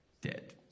dead